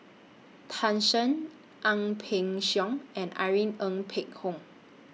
Tan Shen Ang Peng Siong and Irene Ng Phek Hoong